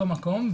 מקום,